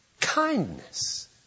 kindness